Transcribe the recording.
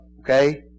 okay